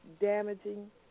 Damaging